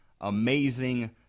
amazing